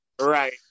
Right